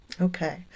Okay